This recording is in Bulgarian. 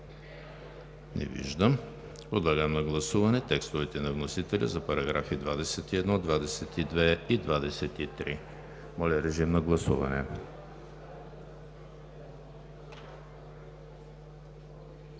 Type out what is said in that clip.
Не виждам. Подлагам на гласуване текстовете на вносителя за параграфи 21, 22 и 23. Гласували